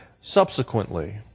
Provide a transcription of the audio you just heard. subsequently